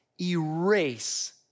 erase